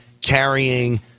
carrying